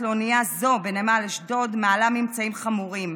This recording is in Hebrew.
לאונייה זו בנמל אשדוד מעלה ממצאים חמורים.